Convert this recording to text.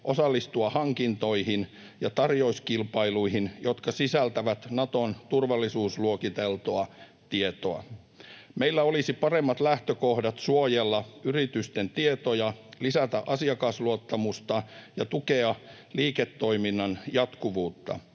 osallistua hankintoihin ja tarjouskilpailuihin, jotka sisältävät Naton turvallisuusluokiteltua tietoa. Meillä olisi paremmat lähtökohdat suojella yritysten tietoja, lisätä asiakasluottamusta ja tukea liiketoiminnan jatkuvuutta.